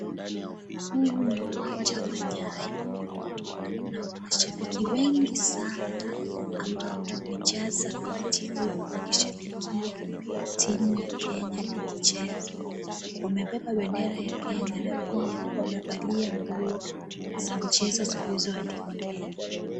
Huu ni uwanja wa Nyayo na kuna mashabiki wengi sanaa ambao wamejaza viti huku wakishabikia timu ya Kenya ikicheza. Wamebeba bendera ya Kenya na pia wamevalia nguo za mchezo zilizoandikwa Kenya.